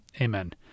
Amen